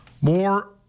More